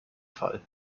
fall